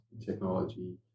technology